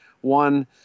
One